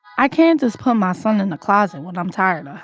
i can't just put my son in a closet when i'm tired um